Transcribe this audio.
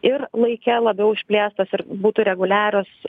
ir laike labiau išplėstos ir būtų reguliarios